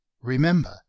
remember